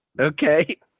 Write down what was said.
Okay